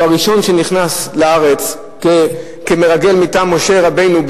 שהוא הראשון שנכנס לארץ כמרגל מטעם משה רבנו,